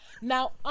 Now